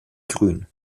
grün